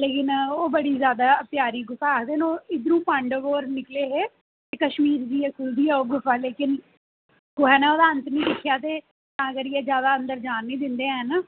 लेकिन ओह् बड़ी ज्यादा प्यारी गुफा ऐ आखदे न इद्धरुं पांडव होर निकले हे